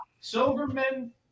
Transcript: Silverman